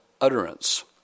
utterance